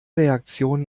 reaktion